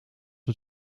het